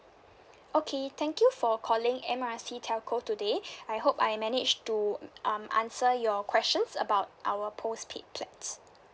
okay thank you for calling M R C telco today I hope I manage to um answer your questions about our postpaid plans